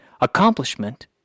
Accomplishment